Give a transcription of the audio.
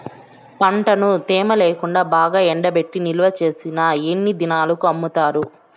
పంటను తేమ లేకుండా బాగా ఎండబెట్టి నిల్వచేసిన ఎన్ని దినాలకు అమ్ముతారు?